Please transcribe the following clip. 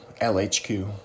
LHQ